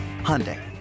Hyundai